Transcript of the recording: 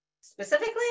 specifically